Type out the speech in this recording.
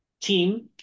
team